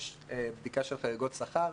יש בדיקה של חריגות שכר,